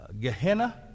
Gehenna